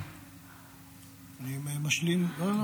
אני רוצה לומר שלום לשר שבונה את עפרות ארצנו.